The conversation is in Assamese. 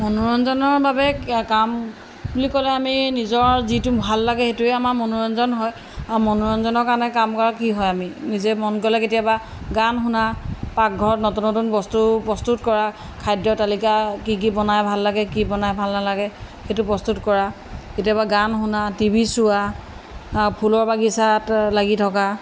মনোৰঞ্জনৰ বাবে কাম বুলি ক'লে আমি নিজৰ যিটো ভাল লাগে সেইটোৱে আমাৰ মনোৰঞ্জন হয় মনোৰঞ্জনৰ কাৰণে কাম কৰা কি হয় আমি নিজে মন গ'লে কেতিয়াবা গান শুনা পাকঘৰত নতুন নতুন বস্তু প্ৰস্তুত কৰা খাদ্যৰ তালিকা কি কি বনাই ভাল লাগে কি বনাই ভাল নালাগে সেইটো প্ৰস্তুত কৰা কেতিয়াবা গান শুনা টিভি চোৱা ফুলৰ বাগিচাত লাগি থকা